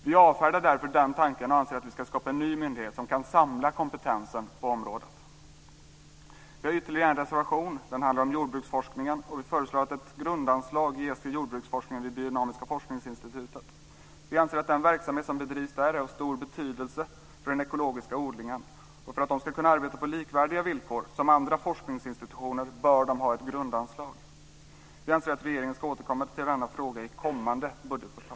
Vi avfärdar därför den tanken och anser att vi ska skapa en ny myndighet som kan samla kompetensen på området. Vi har ytterligare en reservation. Den handlar om jordbruksforskningen. Vi föreslår att ett grundanslag ges till jordbruksforskningen vid Institutet för biodynamisk forskning. Vi anser att den verksamhet som bedrivs där är av stor betydelse för den ekologiska odlingen, och för att de ska kunna arbeta på likvärdiga villkor med andra forskningsinstitutioner bör de ha ett grundanslag. Vi anser att regeringen ska återkomma till denna fråga i kommande budgetförslag.